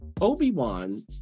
Obi-Wan